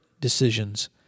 decisions